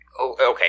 Okay